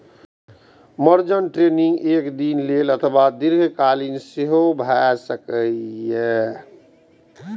margin trading एक दिन लेल अथवा दीर्घकालीन सेहो भए सकैए